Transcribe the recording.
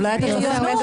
אולי אתה צריך מגפון...